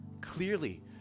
Clearly